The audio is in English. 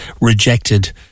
rejected